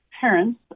parents